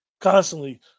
constantly